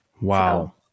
Wow